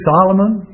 Solomon